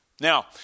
Now